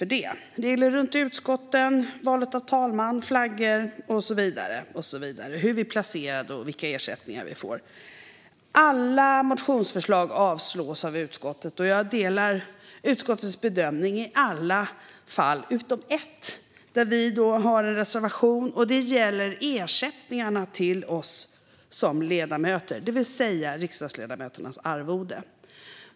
Det gäller regler för utskotten, valet av talman, flaggor, hur vi är placerade, vilka ersättningar vi får och så vidare. Alla motionsförslag avstyrks av utskottet, och jag delar utskottets bedömning i alla fall utom ett, där vi har en reservation. Den gäller ersättningarna till oss ledamöter, det vill säga riksdagsledamöternas arvode.